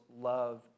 love